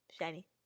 shiny